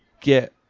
get